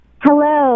Hello